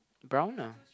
brown ah